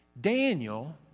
Daniel